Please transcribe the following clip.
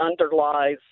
underlies